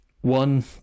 one